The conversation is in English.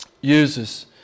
uses